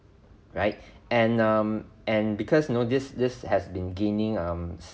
right and um and because you know this this has been gaining um